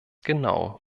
genau